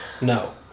no